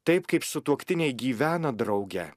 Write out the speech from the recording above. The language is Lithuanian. taip kaip sutuoktiniai gyvena drauge